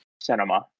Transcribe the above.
cinema